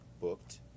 booked